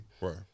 Right